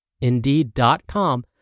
Indeed.com